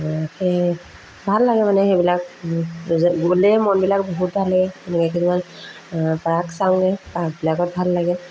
সেয়ে ভাল লাগে মানে সেইবিলাক গ'লে মনবিলাক বহুত ভাল লাগে এনেকৈ কিছুমান পাৰ্ক চাওঁগৈ পাৰ্কবিলাকত ভাল লাগে